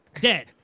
Dead